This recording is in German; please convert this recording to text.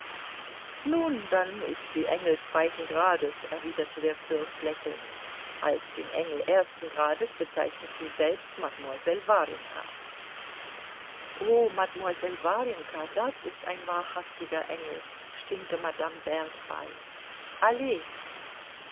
nun dann ist sie ein engel zweiten grades erwiderte der fürst lächelnd als den engel ersten grades bezeichnet sie selbst mademoiselle warjenka oh mademoiselle warjenka das ist ein wahrhaftiger engel stimmte madame berthe bei allez